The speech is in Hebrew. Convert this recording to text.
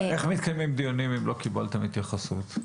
רגע, איך מתקיימים דיונים אם לא קיבלתם התייחסות?